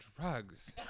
drugs